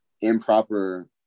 improper